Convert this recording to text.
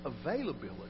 availability